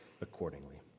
accordingly